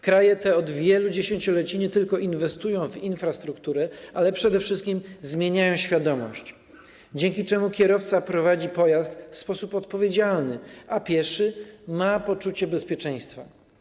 Kraje te od wielu dziesięcioleci nie tylko inwestują w infrastrukturę, ale przede wszystkim zmieniają świadomość, dzięki czemu kierowca prowadzi pojazd w sposób odpowiedzialny, a pieszy ma poczucie bezpieczeństwa.